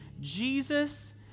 Jesus